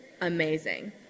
amazing